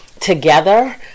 together